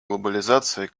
глобализации